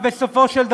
בסופו של דבר,